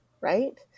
right